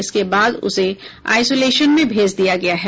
इसके बाद उसे आईसोलेशन में भेज दिया गया है